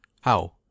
How